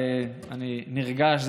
אני נרגש.